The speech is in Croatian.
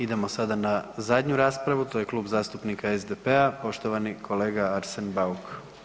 Idemo sada na zadnju raspravu, to je Klub zastupnika SDP-a, poštovani kolega Arsen Bauk.